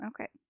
Okay